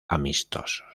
amistosos